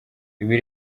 ibi